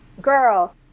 Girl